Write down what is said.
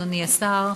אדוני השר,